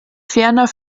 ferner